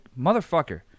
motherfucker